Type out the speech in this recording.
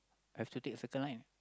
have to take Circle Line